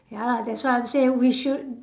ya lah that's why I say we should